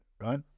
right